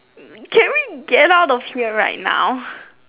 can we get out of here right now